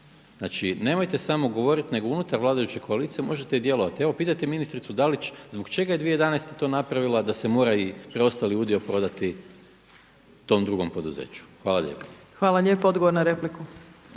Znači nemojte samo govoriti nego unutar vladajuće koalicije možete i djelovati. Evo pitajte ministricu Dalić zbog čega je 2011. to napravila da se mora i preostali udio prodati tom drugom poduzeću. Hvala lijepa. **Opačić, Milanka